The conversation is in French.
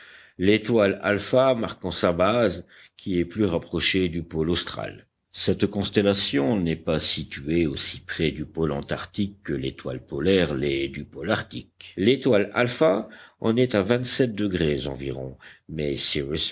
l'étoile alpha marquant sa base qui est plus rapprochée du pôle austral cette constellation n'est pas située aussi près du pôle antarctique que l'étoile polaire l'est du pôle arctique l'étoile alpha en est à vingt-sept degrés environ mais